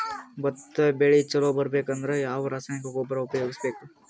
ಭತ್ತ ಬೆಳಿ ಚಲೋ ಬರಬೇಕು ಅಂದ್ರ ಯಾವ ರಾಸಾಯನಿಕ ಗೊಬ್ಬರ ಉಪಯೋಗಿಸ ಬೇಕು?